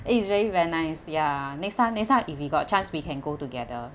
eh is very very nice ya next time next time if we got chance we can go together